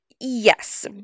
Yes